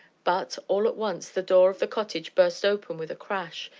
but, all at once, the door of the cottage burst open with a crash,